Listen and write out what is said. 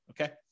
okay